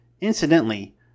Incidentally